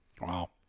Wow